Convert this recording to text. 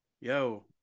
Yo